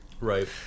Right